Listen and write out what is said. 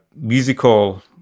musical